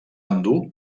endur